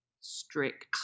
strict